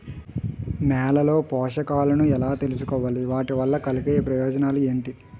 నేలలో పోషకాలను ఎలా తెలుసుకోవాలి? వాటి వల్ల కలిగే ప్రయోజనాలు ఏంటి?